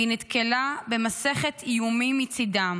והיא נתקלה במסכת איומים מצידם: